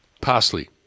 Parsley